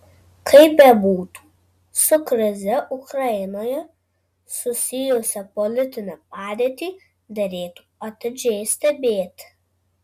kaip bebūtų su krize ukrainoje susijusią politinę padėtį derėtų atidžiai stebėti